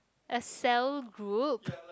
a sell group